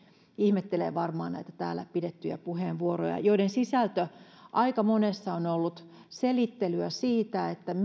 ihmettelee varmaan näitä täällä pidettyjä puheenvuoroja joiden sisältö aika monessa on on ollut selittelyä siitä